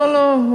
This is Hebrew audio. לא לא לא.